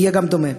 יהיה גם דומה.